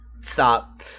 Stop